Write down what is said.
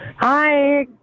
Hi